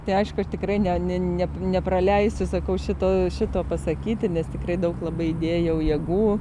tai aišku aš tikrai ne ne nepraleisiu sakau šito šito pasakyti nes tikrai daug labai dėjau jėgų